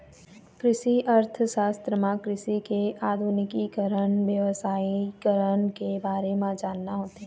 कृषि अर्थसास्त्र म कृषि के आधुनिकीकरन, बेवसायिकरन के बारे म जानना होथे